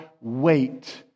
wait